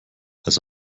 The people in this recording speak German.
als